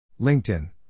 LinkedIn